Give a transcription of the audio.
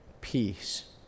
peace